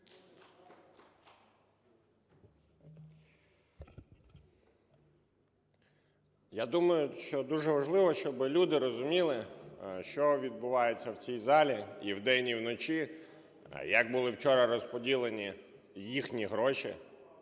Я думаю, що дуже важливо, щоб люди розуміли, що відбувається в цій залі і вдень, і вночі, як були вчора розподілені їхні гроші